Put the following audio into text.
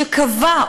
שקבע,